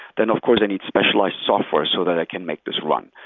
then of course i need specialized software so that i can make this run.